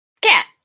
Cat